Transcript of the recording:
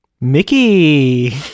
mickey